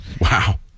Wow